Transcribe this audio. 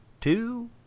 two